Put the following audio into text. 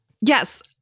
Yes